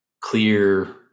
Clear